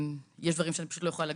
יש דברים שאני לא יכולה להגיד,